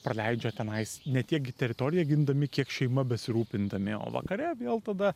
praleidžia tenais ne tiek teritoriją gindami kiek šeima besirūpindami o vakare vėl tada